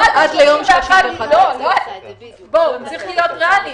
עד ליום 31 בדצמבר 2020. צריך להיות ריאליים.